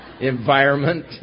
Environment